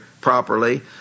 properly